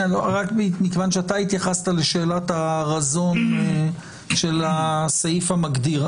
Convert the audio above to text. מכיוון שהתייחסת לשאלת הרזון של הסעיף המגדיר,